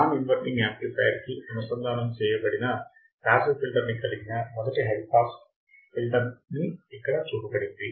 non inverting amplifier కి అనుసంధానము చేయబడిన పాసివ్ ఫిల్టర్ ని కలిగిన మొదటి ఆర్డర్ హై పాస్ ఫిల్టర్ ని ఇక్కడ చూపబడింది